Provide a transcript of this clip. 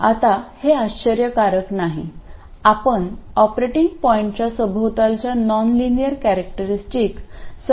आता हे आश्चर्यकारक नाही आपण ऑपरेटिंग पॉईंटच्या सभोवतालच्या नॉनलिनियर कॅरेक्टरिस्टिक सरळ रेषेने बदलतो